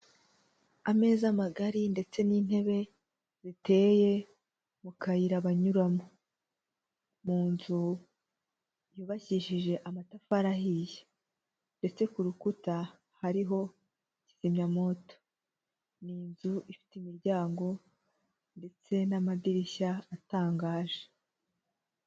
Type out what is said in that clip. Ameza magari ndetse n'intebe ziteye mu kayira banyuramo, mu nzu yubakishije amatafari ahiye, ndetse ku rukuta hariho kizimyamoto. Ni inzu ifite imiryango ndetse n'amadirishya atangaje.